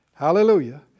Hallelujah